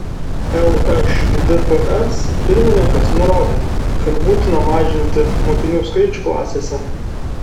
lšdps pirmininkas nurodė kad būtina mažinti mokinių skaičių klasėse